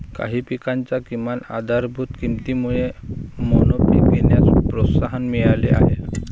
काही पिकांच्या किमान आधारभूत किमतीमुळे मोनोपीक घेण्यास प्रोत्साहन मिळाले आहे